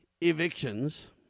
evictions